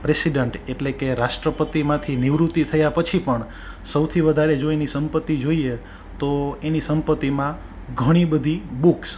president એટલે કે રાષ્ટ્રપતિમાંથી નિવૃત્તિ થયા પછી પણ સૌથી વધારે જો એની સંપત્તિ જોઈએ તો એની સંપત્તિમાં ઘણી બધી બુક્સ